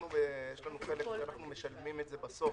אנחנו משלמים את זה בסוף,